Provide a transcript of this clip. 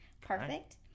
Perfect